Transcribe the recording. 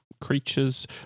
creatures